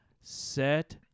set